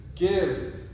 Give